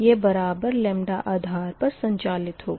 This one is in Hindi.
यह बराबर आधार पर संचालित होगा